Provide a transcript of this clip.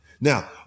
Now